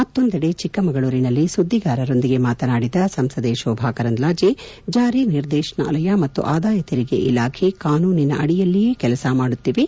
ಮತ್ತೊಂದೆಡೆ ಚಿಕ್ಕಮಗಳೂರಿನಲ್ಲಿ ಸುದ್ದಿಗಾರರೊಂದಿಗೆ ಮಾತನಾಡಿದ ಸಂಸದೆ ಶೋಭಾ ಕರಂದ್ಲಾಜೆ ಜಾರಿ ನಿರ್ದೇಶನಾಲಯ ಮತ್ತು ಆದಾಯ ತೆರಿಗೆ ಇಲಾಖೆ ಕಾನೂನಿನಡಿಯೇ ಕೆಲಸ ಮಾಡುತ್ತಿವೆ